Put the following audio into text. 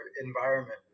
environment